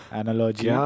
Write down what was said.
analogy